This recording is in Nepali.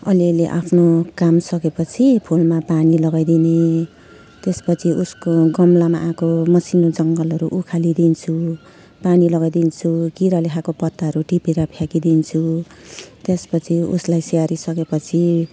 अलिअलि आफ्नो काम सकेपछि फुलमा पानी लगाइदिने त्यसपछि उसको गमलामा आएको मसिनो जङ्गलहरू उखालिदिन्छु पानी लगाइदिन्छु किराले खाएको पत्ताहरू टिपेर फ्याँकिदिन्छु त्यसपछि उसलाई स्याहारी सकेपछि